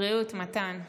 בריאות, מתן.